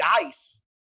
dice